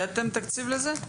ייעדתם תקציב לזה?